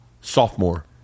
sophomore